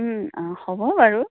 অঁ হ'ব বাৰু